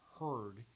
heard